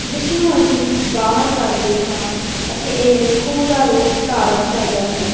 ਜਿਸ ਨੂੰ ਅਸੀਂ ਬਾਹਰ ਕੱਢਦੇ ਹਾਂ ਅਤੇ ਇਹ ਖੂਹ ਦਾ ਰੂਪ ਧਾਰਨ ਕਰਦਾ ਹੈ